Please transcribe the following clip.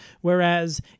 Whereas